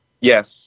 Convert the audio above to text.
Yes